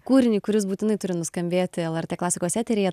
kūrinį kuris būtinai turi nuskambėti lrt klasikos eteryje